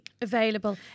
available